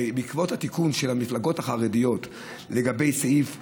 בעקבות התיקון של המפלגות החרדיות לגבי סעיף 6(ב),